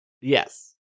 Yes